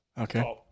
Okay